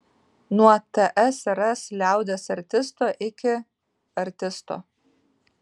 nuo tsrs liaudies artisto iki artisto